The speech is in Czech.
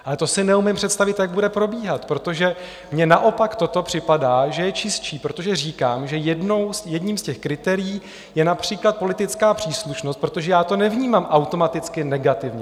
Ale to si neumím představit, jak bude probíhat, protože mně naopak toto připadá, že je čistší, protože říkám, že jedním z těch kritérií je například politická příslušnost, protože já to nevnímám automaticky negativně.